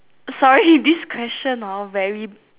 sorry this question hor very